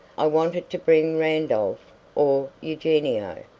i wanted to bring randolph or eugenio,